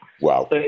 Wow